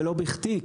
ולא בכדי,